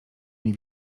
nie